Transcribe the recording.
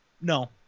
no